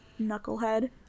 knucklehead